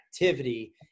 activity